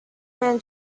man